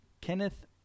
Kenneth